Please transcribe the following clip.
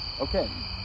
okay